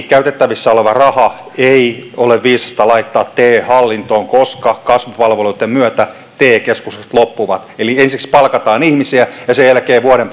käytettävissä olevaa rahaa ei ole viisasta laittaa te hallintoon koska kasvupalveluitten myötä te keskukset loppuvat eli ensiksi palkattaisiin ihmisiä ja sen jälkeen vuoden